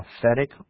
prophetic